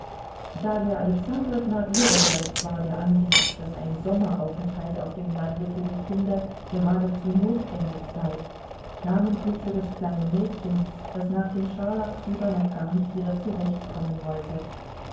darja alexandrowna ihrerseits war der ansicht daß ein sommeraufenthalt auf dem lande für die kinder geradezu notwendig sei namentlich für das kleine mädchen das nach dem scharlachfieber noch gar nicht wieder zurechtkommen wollte